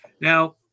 Now